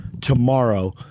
tomorrow